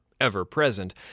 ever-present